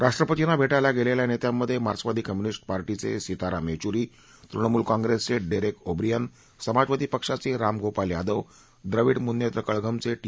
राष्ट्रपर्तींना भेटायला गेलेल्या नेत्यांमधे मार्क्सवादी कम्युनिस्ट पार्टीचे सीताराम येचुरी तृणमूल काँग्रिसचे डेरेक ओब्रीयन समाजवादी पक्षाचे रामगोपाल यादव द्रविड मुन्नेत्र कळघमचे टी